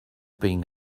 being